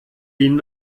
ihnen